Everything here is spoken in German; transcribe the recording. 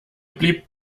blieb